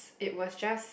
it was just